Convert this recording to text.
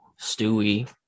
Stewie